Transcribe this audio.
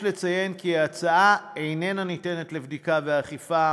יש לציין כי ההצעה איננה ניתנת לבדיקה ואכיפה,